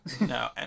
No